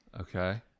Okay